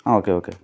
ആ okay okay